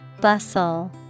Bustle